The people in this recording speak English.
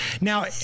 Now